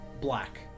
black